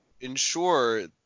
ensure